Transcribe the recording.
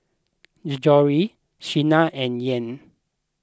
Gregorio Shana and Yael